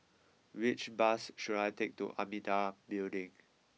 which bus should I take to Amitabha Building